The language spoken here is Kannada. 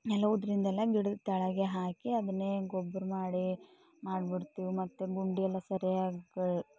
ಎಲೆ ಉದರಿದ್ದೆಲ್ಲ ಗಿಡದ ತಳಗೆ ಹಾಕಿ ಅದನ್ನೇ ಗೊಬ್ಬರ ಮಾಡಿ ಮಾಡ್ಬಿಡ್ತೇವೆ ಮತ್ತು ಗುಂಡಿಯೆಲ್ಲ ಸರಿಯಾಗಿ